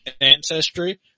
ancestry